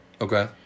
Okay